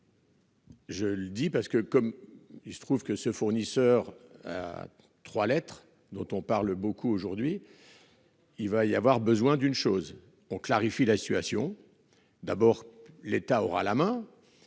Je le dis parce que comme il se trouve que ce fournisseur à 3 lettres dont on parle beaucoup aujourd'hui. Il va y avoir besoin d'une chose on clarifie la situation d'abord, l'État aura la main.